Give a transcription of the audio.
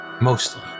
Mostly